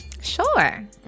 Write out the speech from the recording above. sure